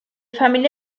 familia